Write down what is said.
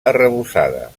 arrebossada